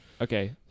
Okay